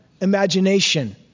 imagination